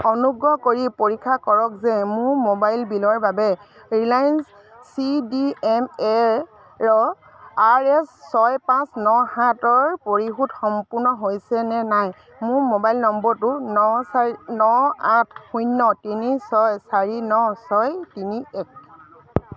অনুগ্ৰহ কৰি পৰীক্ষা কৰক যে মোৰ মোবাইল বিলৰ বাবে Reliance C D M A ৰ আৰ এছ ছয় পাঁচ ন সাতৰ পৰিশোধ সম্পূৰ্ণ হৈছেনে নাই মোৰ মোবাইল নম্বৰটো ন চাৰি ন আঠ শূন্য তিনি ছয় চাৰি ন ছয় তিনি এক